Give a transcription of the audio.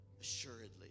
assuredly